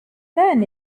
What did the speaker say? men